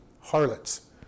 harlots